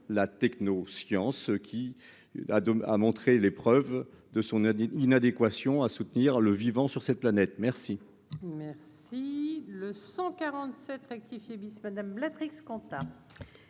la techno-science qui a montré l'épreuve de son inadéquation à soutenir le vivant sur cette planète, merci. Merci le 147 rectifié bis madame latex Quentin.